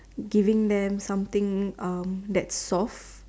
giving them something um that's soft